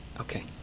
Okay